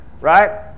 right